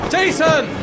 Jason